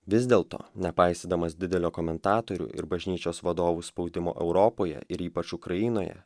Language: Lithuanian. vis dėlto nepaisydamas didelio komentatorių ir bažnyčios vadovų spaudimo europoje ir ypač ukrainoje